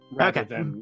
Okay